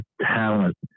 talent